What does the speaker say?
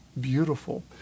beautiful